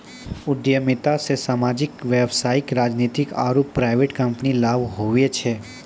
उद्यमिता से सामाजिक व्यवसायिक राजनीतिक आरु प्राइवेट कम्पनीमे लाभ हुवै छै